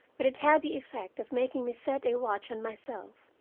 but it had the effect of making me set a watch on myself.